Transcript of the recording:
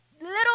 little